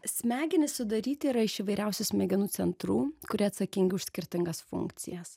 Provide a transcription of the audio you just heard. smegenys sudaryti yra iš įvairiausių smegenų centrų kurie atsakingi už skirtingas funkcijas